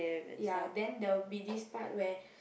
ya then there will be this part where